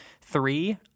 three